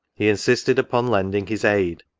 he insisted upon lend ing his aid,